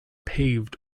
paved